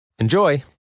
Enjoy